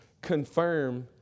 confirm